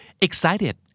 excited